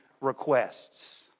requests